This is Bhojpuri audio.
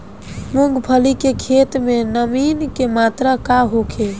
मूँगफली के खेत में नमी के मात्रा का होखे?